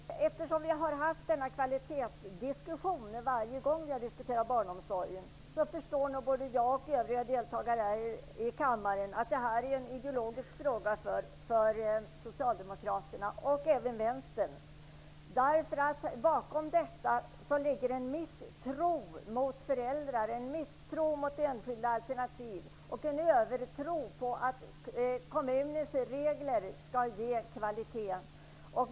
Fru talman! Eftersom vi har denna diskussion om kvaliteten varje gång barnomsorgen debatteras förstår nog både jag och övriga deltagare här i kammaren att detta är en ideologisk fråga för Bakom detta ligger en misstro mot föräldrar, enskilda alternativ och en övertro på att kommunens regler skall ge kvalitet.